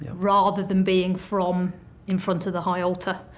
rather than being from in front of the high altar,